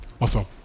Awesome